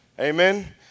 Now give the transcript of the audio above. Amen